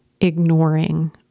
ignoring